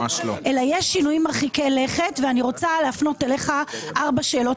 אלא יש שינויים מרחיקי לכת ואני רוצה להפנות אליך ארבע שאלות,